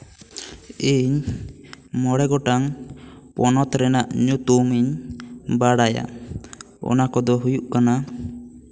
ᱤᱧ ᱢᱚᱬᱮ ᱜᱚᱴᱟᱝ ᱯᱚᱱᱚᱛ ᱨᱮᱱᱟᱜ ᱧᱩᱛᱩᱢ ᱤᱧ ᱵᱟᱲᱟᱭᱟ ᱚᱱᱟ ᱠᱚᱫᱚ ᱦᱩᱭᱩᱜ ᱠᱟᱱᱟ